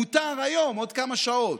מותר היום, בעוד כמה שעות,